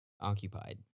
occupied